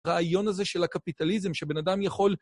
רעיון הזה של הקפיטליזם, שבן אדם יכול...